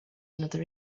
another